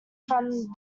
from